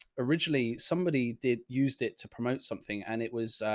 originally somebody did used it to promote something and it was,